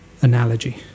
analogy